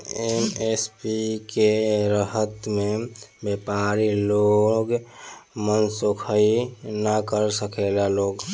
MSP के रहता में व्यपारी लोग मनसोखइ ना कर सकेला लोग